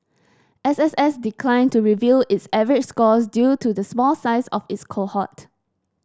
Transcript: S S S declined to reveal its average scores due to the small size of its cohort